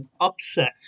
upset